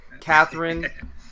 Catherine